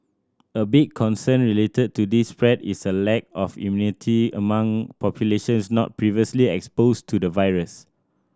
a big concern related to this spread is a lack of immunity among populations not previously exposed to the virus